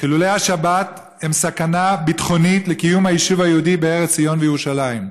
חילול השבת הוא סכנה ביטחונית לקיום היישוב היהודי בארץ ציון וירושלים.